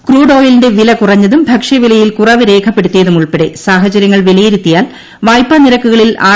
crude ഓയിലിന്റെ വില കുറഞ്ഞതും ഭക്ഷ്യവിലയിൽ കുറവ് രേഖപ്പെടുത്തിയതും ഉൾപ്പെടെ സാഹചര്യങ്ങൾ വിലയിരുത്തിയാൽ വായ്പ നിരക്കുകളിൽ ആർ